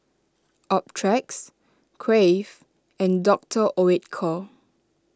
Optrex Crave and Doctor Oetker